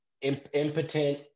impotent